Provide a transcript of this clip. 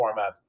formats